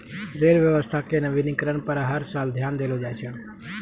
rail व्यवस्था के नवीनीकरण पर हर साल ध्यान देलो जाय छै